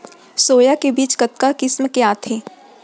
Soya के बीज कतका किसम के आथे?